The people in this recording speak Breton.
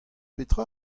petra